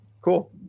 cool